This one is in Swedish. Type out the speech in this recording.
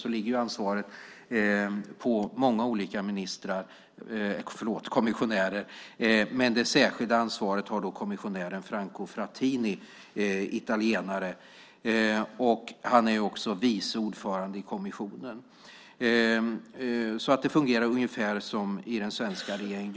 Där ligger ansvaret på många olika kommissionärer. Men det särskilda ansvaret har kommissionären och italienaren Franco Frattini. Han är också vice ordförande i kommissionen. Det fungerar alltså ungefär som i den svenska regeringen.